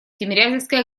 тимирязевской